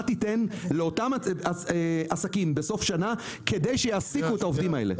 תיתן בסוף שנה לאותם עסקים כדי שיעסיקו את העובדים האלה.